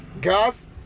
gas